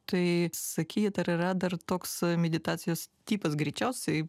tai sakykit ar yra dar toks meditacijos tipas greičiausiai